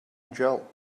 gel